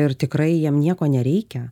ir tikrai jiem nieko nereikia